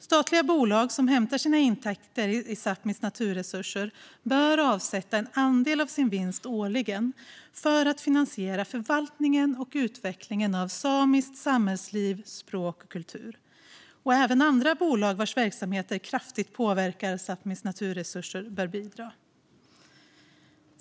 Statliga bolag som hämtar sina intäkter i Sápmis naturresurser bör avsätta en andel av sin vinst årligen för att finansiera förvaltningen och utvecklingen av samiskt samhällsliv, språk och kultur. Även andra bolag vars verksamheter kraftigt påverkar Sápmis naturresurser bör bidra.